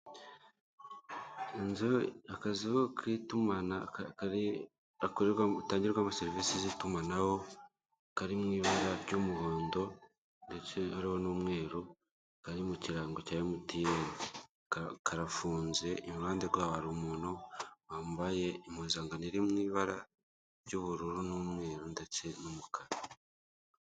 Amagi menshi ari mu bikoresho byabugenewe, biri mu ibara ry'icyatsi. Ateretse ku meza. Iruhande rwaho hahagaze umugabo wambaye umupira w'umutuku, uriho amabara y'umukara.